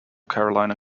carolina